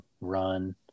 run